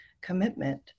commitment